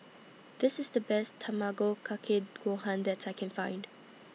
This IS The Best Tamago Kake Gohan that I Can Find